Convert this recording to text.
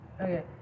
Okay